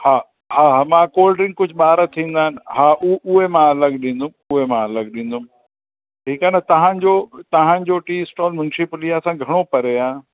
हा हा हा मां कोल्ड ड्रिंक कुझु ॿार थींदा आहिनि हा उ उहे मां अलॻि ॾींदुमि उहे मां अलॻि ॾींदुमि ठीकु आहे न तव्हांजो तव्हांजो टी स्टॉल मुंशीपुलिया सां घणो परे आहे